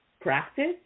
practice